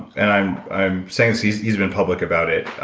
and i'm i'm saying so he's he's been public about it,